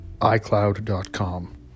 iCloud.com